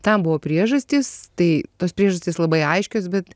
tam buvo priežastys tai tos priežastys labai aiškios bet